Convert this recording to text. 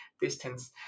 distance